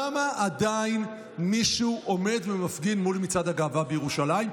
למה עדיין מישהו עומד ומפגין מול מצעד הגאווה בירושלים?